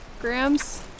grams